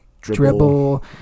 dribble